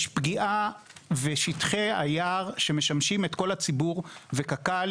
יש פגיעה בשטחי היער שמשמשים את כל הציבור וקק"ל